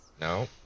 No